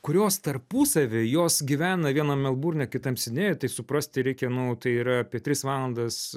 kurios tarpusavy jos gyvena viena melburne kitam sidnėjuj tai suprasti reikia nu tai yra apie tris valandas